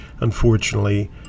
unfortunately